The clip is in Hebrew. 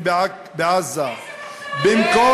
יש למנוע